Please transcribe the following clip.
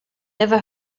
never